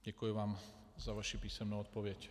Děkuji vám za vaši písemnou odpověď.